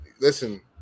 listen